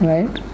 Right